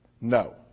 No